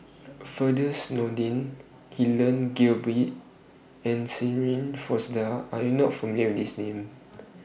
Firdaus Nordin Helen Gilbey and Shirin Fozdar Are YOU not familiar These Names